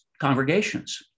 congregations